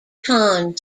ton